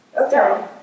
Okay